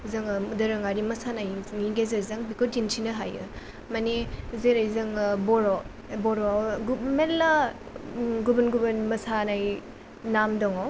जोङो दोरोङारि मोसानायनि गेजेरजों बेखौ दिन्थिनो हायो माने जेरै जोङो बर' बर'आव मेल्ला गुबुन गुबुन मोसानाय नाम दङ